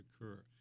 occur